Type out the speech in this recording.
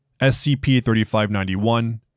SCP-3591